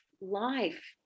life